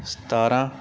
ਸਤਾਰਾਂ